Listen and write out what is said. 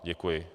Děkuji.